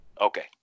Okay